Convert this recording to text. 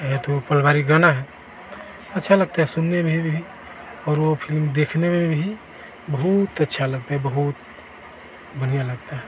यह तो पारिवारिक गाना है अच्छा लगता है सुनने में भी और वो फिल्म देखने में भी बहुत अच्छा लगता है बहुत बढ़िया लगता है